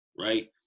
right